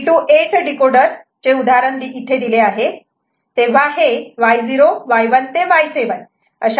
तर हे 3 to 8 decoder चे उदाहरण इथे दिले आहे तेव्हा हे Y0 Y1 ते Y7 सर्व मिन टर्म जनरेट होतात